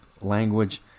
language